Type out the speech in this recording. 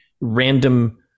random